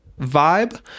vibe